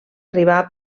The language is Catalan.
arribar